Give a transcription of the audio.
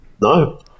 No